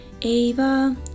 Eva